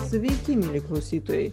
sveiki mieli klausytojai